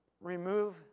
remove